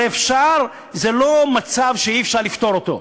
הרי אפשר, זה לא מצב שאי-אפשר לפתור אותו.